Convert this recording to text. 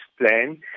plan